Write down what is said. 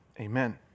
amen